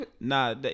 Nah